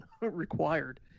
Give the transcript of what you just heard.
required